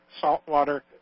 saltwater